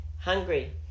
hungry